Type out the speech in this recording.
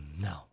no